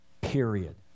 period